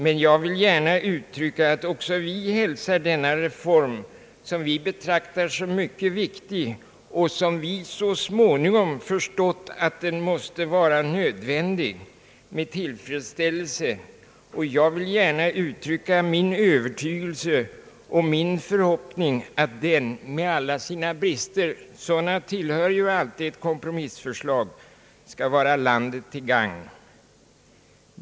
Men jag vill gärna uttrycka, att också vi hälsar denna reform, som vi betraktar som mycket viktig och som vi så småningom förstått måste vara nödvändig, med tillfredsställelse. Jag vill gärna uttrycka min övertygelse och min förhoppning att den med alla sina brister — sådana tillhör alltid ett kompromissförslag — skall vara landet till gagn.